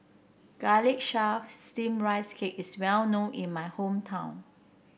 Garlic Chives Steamed Rice Cake is well known in my hometown